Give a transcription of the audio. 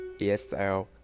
ESL